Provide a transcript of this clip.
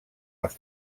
els